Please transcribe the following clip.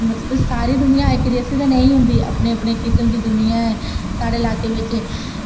मतलब सारी दुनिया इक जैसी ते नेईं होंदी अपने अपने किस्म दी दुनिया ऐ साढ़े इलाके बिच